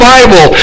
Bible